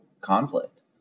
conflict